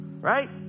right